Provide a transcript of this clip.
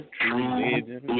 true